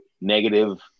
negative